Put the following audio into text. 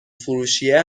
فروشیه